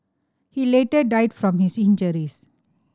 he later died from his injuries